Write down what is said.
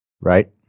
Right